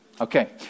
Okay